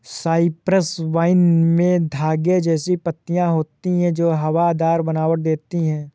Cyprus vine में धागे जैसी पत्तियां होती हैं जो हवादार बनावट देती हैं